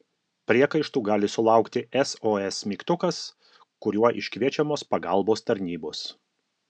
priekaištų gali sulaukti sos mygtukas kuriuo iškviečiamos pagalbos tarnybos